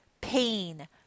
pain